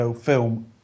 film